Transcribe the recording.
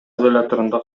изоляторунда